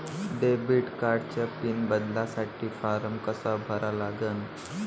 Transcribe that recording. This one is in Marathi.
डेबिट कार्डचा पिन बदलासाठी फारम कसा भरा लागन?